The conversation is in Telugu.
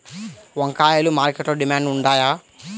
వంకాయలు మార్కెట్లో డిమాండ్ ఉంటాయా?